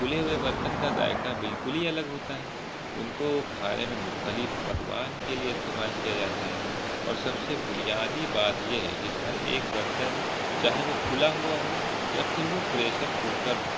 کھلے ہوئے برتن کا ذائقہ بالکل ہی الگ ہوتا ہے ان کو کھانے میں مختلف پکوان کے لیے استعمال کیا جاتا ہے اور سب سے بنیادی بات یہ ہے کہ ہر ایک برتن چاہے وہ کھلا ہوا ہو یا پھر وہ پریشر کوکر ہو